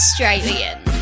Australian